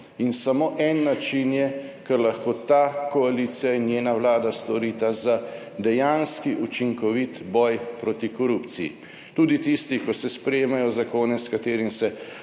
in samo en način je, kar lahko ta koalicija in njena vlada storita za dejanski učinkovit boj proti korupciji. Tudi tisti, ki se sprejemajo zakone s katerimi se